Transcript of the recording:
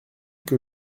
que